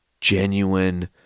genuine